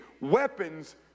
weapons